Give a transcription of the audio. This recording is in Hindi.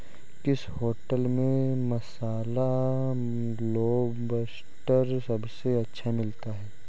किस होटल में मसाला लोबस्टर सबसे अच्छा मिलता है?